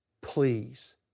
please